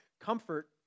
comfort